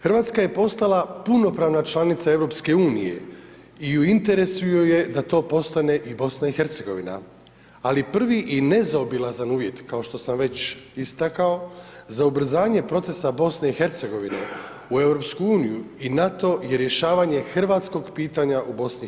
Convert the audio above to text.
Hrvatska je postala punopravna članica EU i u interesu joj je da to postane i BiH, ali prvi i nezaobilazan uvjet, kao što sam već istakao, za ubrzanje procesa BiH u EU i NATO je rješavanje hrvatskog pitanja u BiH.